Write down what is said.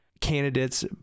candidates